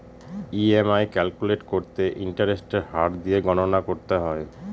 EMI calculate করতে ইন্টারেস্টের হার দিয়ে গণনা করতে হয়